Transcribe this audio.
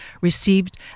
received